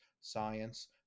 science